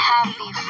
Happy